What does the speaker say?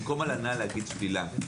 במקום הלנה לומר שלילה.